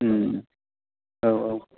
ओम औ औ